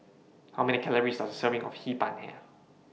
How Many Calories Does A Serving of Hee Pan Have